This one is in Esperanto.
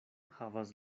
havas